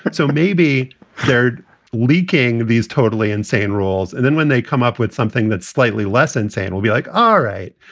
but so maybe they're leaking these totally insane rules. and then when they come up with something that's slightly less insane, we'll be like, all right.